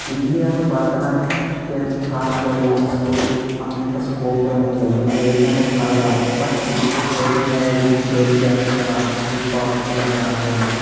ఇండియాలో భరతనాట్యం క్లాసికల్ డ్యాన్స్కు అంత స్కోప్ ఏం ఉండదు అది ఏంటంటే ఒక కళ లాగ బట్ ఇప్పుడు ట్రెండింగ్ అయ్యేది బ్రేక్ డ్యాన్స్ రాక్ హిప్పాప్ ఇలా చాలానే ఉన్నాయి